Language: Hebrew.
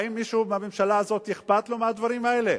האם מישהו מהממשלה הזאת אכפת לו מהדברים האלה?